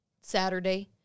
Saturday